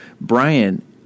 Brian